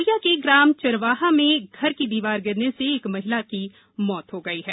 जिले के ग्राम चिरवाह में घर की दीवार गिरने से एक महिला की मौत हो गई है